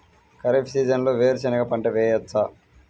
ఖరీఫ్ సీజన్లో వేరు శెనగ పంట వేయచ్చా?